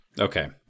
Okay